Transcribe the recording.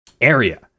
area